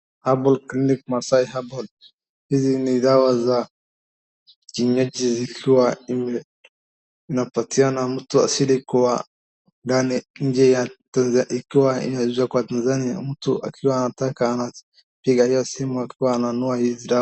Herbal clinic Maasai herbal. Hizi ni dawa za kienyeji zikiwa imepatiwa na mtu asilia kuwa ndani nje ya Tanza Ikiwa inauzwa kwa Tanzani ya mtu akiwa anataka anapiga hiyo simu akiwa ananunua hizi dawa.